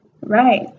Right